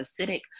acidic